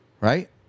Right